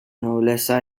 nobleza